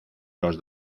los